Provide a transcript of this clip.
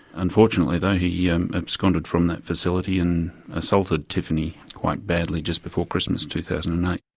unfortunately though he um absconded from that facility and assaulted tiffany quite badly just before christmas two thousand and eight.